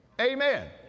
Amen